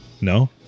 No